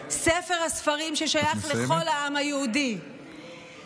ספר הספרים, ששייך לכל העם היהודי, את מסיימת?